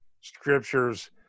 scriptures